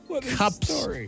cups